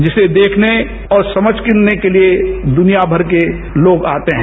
जिसे देखने और समझने के लिए दुनियामरके लोग आते है